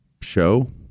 Show